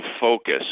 focus